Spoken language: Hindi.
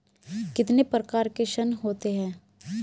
कितने प्रकार के ऋण होते हैं?